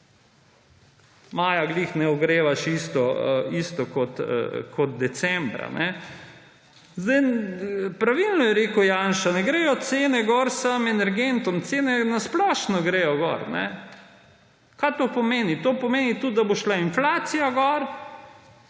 maja ravno ne ogrevaš isto kot decembra. Pravilno je rekel Janša, ne gredo cene gor samo energentom, cene na splošno gredo gor. Kaj to pomeni? To pomeni tudi, da bo šla inflacija gor,